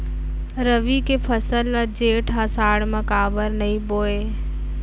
रबि के फसल ल जेठ आषाढ़ म काबर नही बोए?